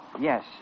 yes